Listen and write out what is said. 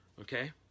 Okay